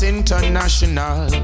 International